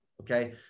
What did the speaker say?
Okay